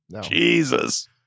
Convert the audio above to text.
Jesus